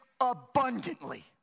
abundantly